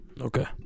Okay